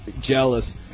Jealous